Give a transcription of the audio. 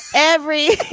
every.